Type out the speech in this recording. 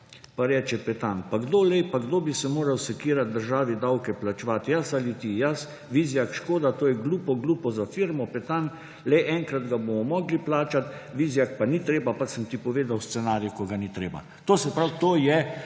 Pa reče Petan: »Pa kdo glej, pa kdo bi se moral sekirat državi davke plačevat? Jaz ali ti? Jaz.« Vizjak: »Škoda, to je glupo, glupo za firmo …« Petan: »Le enkrat ga bomo mogli plačat …« Vizjak: »Pa ni treba, pa sem ti povedal scenarij, ko ga ni treba …« To se pravi, to je